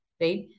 right